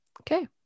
okay